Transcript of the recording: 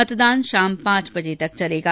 मतदान शाम पांच बजे तक चलेगा